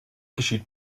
geschieht